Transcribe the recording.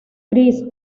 christ